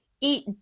Eat